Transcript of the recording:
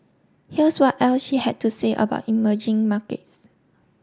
here's what else she had to say about emerging markets